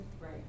right